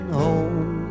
home